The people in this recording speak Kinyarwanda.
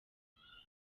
inzu